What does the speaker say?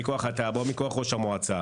מכוח תב"ע או מכוח ראש המועצה.